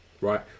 Right